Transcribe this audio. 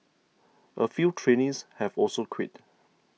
a few trainees have also quit